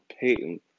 Payton